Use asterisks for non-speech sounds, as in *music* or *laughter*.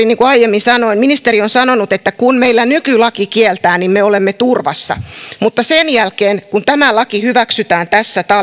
*unintelligible* niin kuin aiemmin sanoin ministeri on sanonut että kun meillä nykylaki kieltää niin me olemme turvassa mutta sen jälkeen kun tämä laki hyväksytään tässä